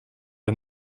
der